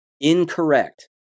Incorrect